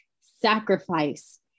sacrifice